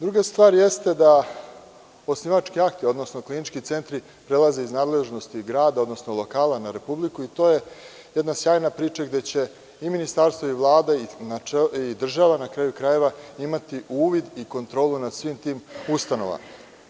Druga stvar jeste da osnivački akti, odnosno klinički centri prelaze iz nadležnosti grada, odnosno lokala na Republiku i to je jedna sjajna priča gde će i Ministarstvo i Vlada i država, na kraju krajeva, imati uvid i kontrolu nad svim tim ustanovama.